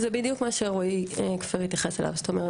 בדיוק לזה התייחס רועי כפיר מהדסה.